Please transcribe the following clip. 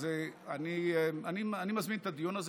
אז אני מזמין את הדיון הזה,